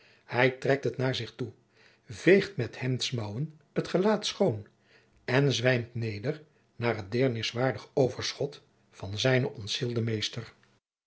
hij trekt het naar zich toe veegt met de hemdsmouwen het gelaat schoon en jacob van lennep de pleegzoon zwijmt neder naast het deerniswaardig overschot van zijnen ontzielden meester